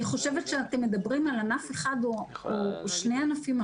אני חושבת שאתם מדברים על ענף אחד או שני ענפים.